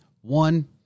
one